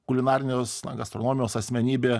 kulinarinius na gastronomijos asmenybė